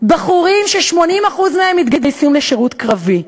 בחורים ש-80% מהם מתגייסים לשירות קרבי.